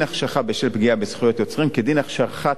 שם הוא אמר: דין החשכה בשל פגיעה בזכויות יוצרים כדין החשכת